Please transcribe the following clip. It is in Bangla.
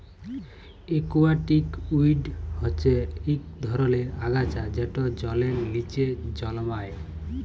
একুয়াটিক উইড হচ্যে ইক ধরলের আগাছা যেট জলের লিচে জলমাই